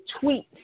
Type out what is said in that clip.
tweet